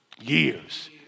years